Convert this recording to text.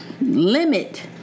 limit